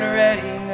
ready